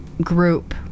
group